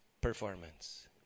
performance